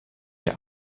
der